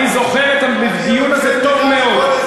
אני זוכר את הדיון הזה טוב מאוד.